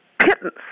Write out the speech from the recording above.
pittance